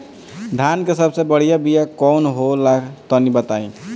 धान के सबसे बढ़िया बिया कौन हो ला तनि बाताई?